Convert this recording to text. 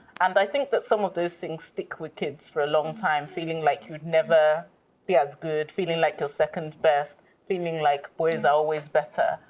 and i think that some of those things stick with kids for a long time, feeling like you would never be as good, feeling like you're second best, feeling like boy is always better.